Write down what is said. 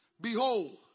Behold